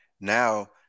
now